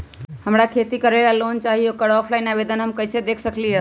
हमरा खेती करेला लोन चाहि ओकर ऑफलाइन आवेदन हम कईसे दे सकलि ह?